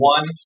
One